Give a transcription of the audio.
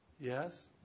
Yes